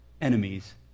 enemies